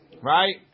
right